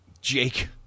Jake